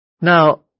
Now